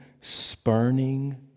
spurning